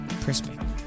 perspective